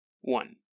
One